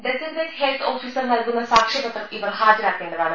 designate health officer നൽകുന്ന സാക്ഷ്യപത്രം ഇവർ ഹാജരാക്കേണ്ടതാണ്